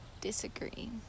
disagree